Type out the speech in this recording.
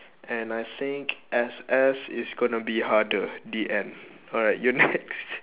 and I think S_S is gonna be harder the end alright you next